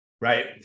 Right